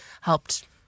helped